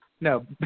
No